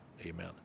Amen